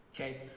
okay